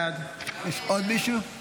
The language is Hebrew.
בעד יש עוד מישהו?